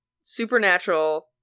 Supernatural